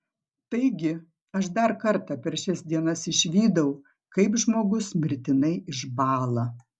taigi aš dar kartą per šias dienas išvydau kaip žmogus mirtinai išbąla